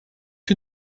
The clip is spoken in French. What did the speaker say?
que